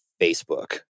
Facebook